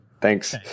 Thanks